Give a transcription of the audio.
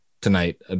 tonight